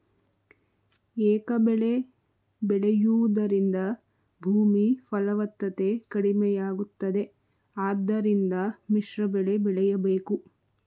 ಏಕಬೆಳೆ ಬೆಳೆಯೂದರಿಂದ ಭೂಮಿ ಫಲವತ್ತತೆ ಕಡಿಮೆಯಾಗುತ್ತದೆ ಆದ್ದರಿಂದ ಮಿಶ್ರಬೆಳೆ ಬೆಳೆಯಬೇಕು